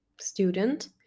student